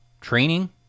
training